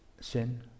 sin